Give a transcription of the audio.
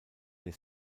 der